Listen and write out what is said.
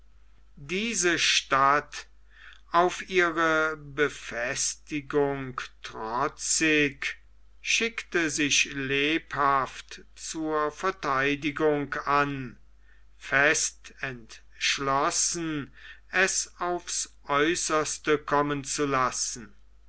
diese stadt auf ihre befestigung trotzig schickte sich lebhaft zur vertheidigung an fest entschlossen es aufs aeußerste kommen zu lassen